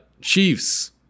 Chiefs